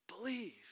Believe